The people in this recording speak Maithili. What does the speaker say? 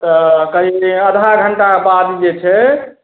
तऽ करीब आधा घण्टा बाद जे छै